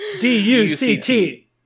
d-u-c-t